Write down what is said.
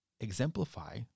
exemplify